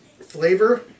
Flavor